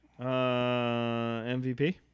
MVP